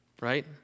right